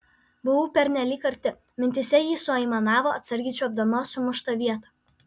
buvau pernelyg arti mintyse ji suaimanavo atsargiai čiuopdama sumuštą vietą